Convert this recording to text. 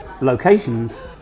locations